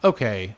Okay